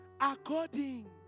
According